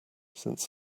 since